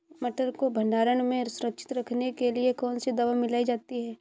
मटर को भंडारण में सुरक्षित रखने के लिए कौन सी दवा मिलाई जाती है?